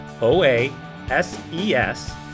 o-a-s-e-s